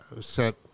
set